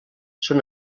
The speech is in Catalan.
són